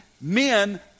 men